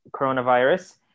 coronavirus